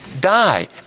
die